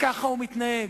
וכך הוא מתנהג.